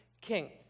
king